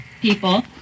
people